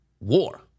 war